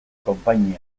konpainia